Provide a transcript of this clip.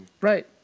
Right